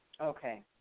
Okay